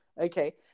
Okay